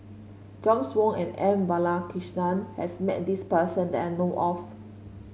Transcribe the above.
James Wong and M Balakrishnan has met this person that I know of